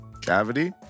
Cavity